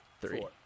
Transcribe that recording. three